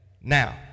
Now